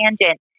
tangent